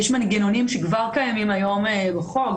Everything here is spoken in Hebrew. יש מנגנונים שכבר קיימים היום בחוק,